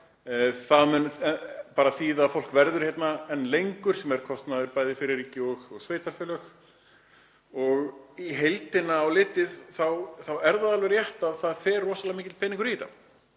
Það mun bara þýða að fólk verður hérna enn lengur sem er kostnaður bæði fyrir ríki og sveitarfélög. Á heildina litið er alveg rétt að það fer rosalega mikill peningur í þetta